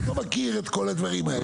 אתה לא מכיר את כל הדברים האלה,